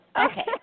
Okay